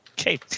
Okay